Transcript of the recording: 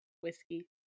Whiskey